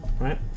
right